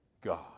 God